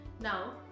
Now